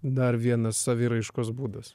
dar vienas saviraiškos būdas